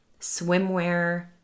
swimwear